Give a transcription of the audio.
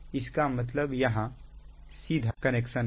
इसका मतलब यहां सीधा कनेक्शन है